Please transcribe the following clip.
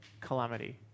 calamity